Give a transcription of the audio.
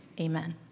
amen